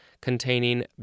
containing